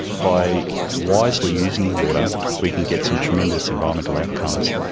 by wisely using the water we can get some tremendous environmental outcomes,